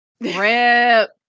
Rip